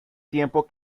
tiempo